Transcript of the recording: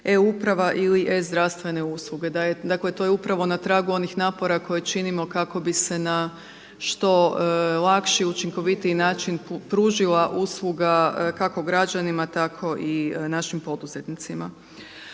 e-uprava ili e-zdravstvene usluge. Dakle to je upravo na tragu onih napora koje činimo kako bi se na što lakši i učinkovitiji način pružila usluga kako građanima tako i našim poduzetnicima.